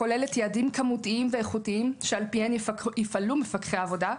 הכוללת יעדים כמותיים ואיכותיים שעל פיהם יפעלו מפקחי העבודה,